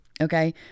Okay